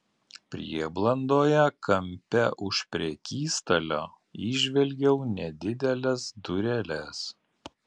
prieblandoje kampe už prekystalio įžvelgiau nedideles dureles